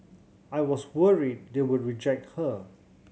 I was worried they would reject her